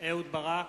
אהוד ברק,